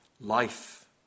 life